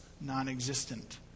non-existent